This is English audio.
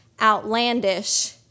outlandish